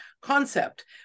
concept